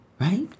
right